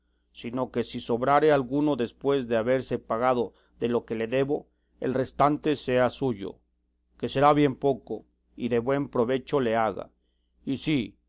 sino que si sobrare alguno después de haberse pagado de lo que le debo el restante sea suyo que será bien poco y buen provecho le haga y si